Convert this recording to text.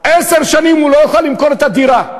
עשר שנים הוא לא יוכל למכור את הדירה.